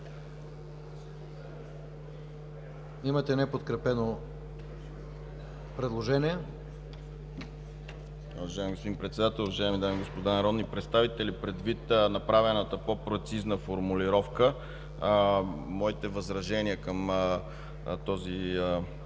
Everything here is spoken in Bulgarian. имате неподкрепено предложение.